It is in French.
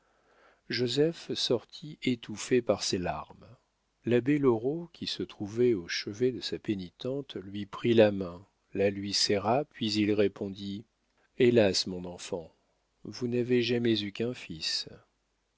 joseph sortit étouffé par ses larmes l'abbé loraux qui se trouvait au chevet de sa pénitente lui prit la main la lui serra puis il répondit hélas mon enfant vous n'avez jamais eu qu'un fils